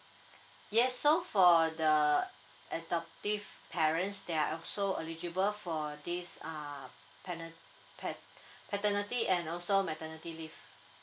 yes so for the adoptive parents they are also eligible for this uh pena~ pat~ paternity and also maternity leave